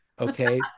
Okay